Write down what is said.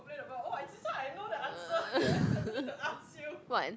what